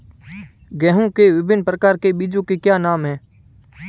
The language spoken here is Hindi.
गेहूँ के विभिन्न प्रकार के बीजों के क्या नाम हैं?